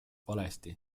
valesti